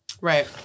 right